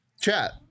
Chat